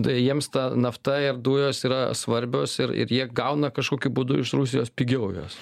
tai jiems ta nafta ir dujos yra svarbios ir ir jie gauna kažkokiu būdu iš rusijos pigiau jos